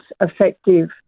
effective